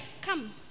come